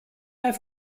have